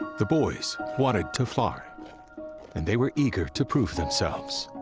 the boys wanted to fly, and they were eager to prove themselves.